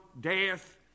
death